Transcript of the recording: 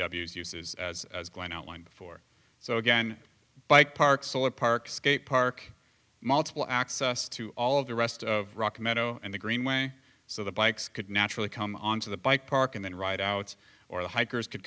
is uses as glen outlined for so again bike park solar park skate park multiple access to all of the rest of rock meadow and the greenway so the bikes could naturally come on to the bike park and then ride out or the hikers could